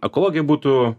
ekologija būtų